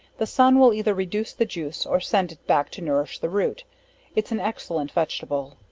the sun will either reduce the juice, or send it back to nourish the root its an excellent vegetable.